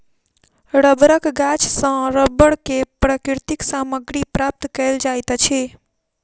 रबड़क गाछ सॅ रबड़ के प्राकृतिक सामग्री प्राप्त कयल जाइत अछि